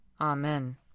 Amen